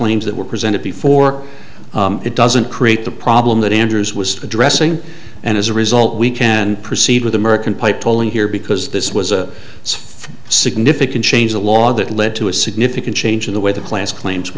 claims that were presented before it doesn't create the problem that enters was addressing and as a result we can proceed with american pie polling here because this was a sphere significant change the law that led to a significant change in the way the plans claims